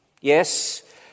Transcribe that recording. Yes